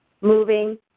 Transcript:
moving